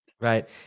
Right